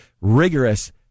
rigorous